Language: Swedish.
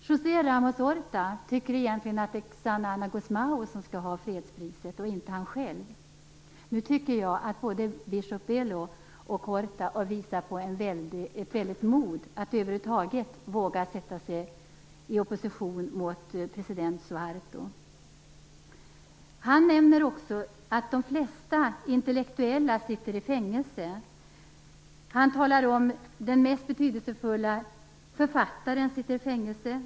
José Ramos Horta tycker egentligen att det är Xanana Gusmão som skall ha fredspriset och inte han själv. Nu tycker jag att både biskop Belo och Horta har visat ett väldigt mod, att över huvud taget våga sätta sig i opposition mot president Suarto. Han nämner också att de flesta intellektuella sitter i fängelse. Han talar om att den mest betydelsefulla författaren sitter i fängelse.